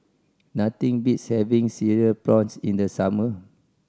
nothing beats having Cereal Prawns in the summer